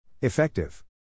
Effective